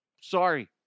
Sorry